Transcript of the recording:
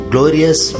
Glorious